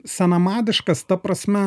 senamadiškas ta prasme